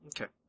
okay